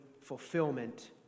fulfillment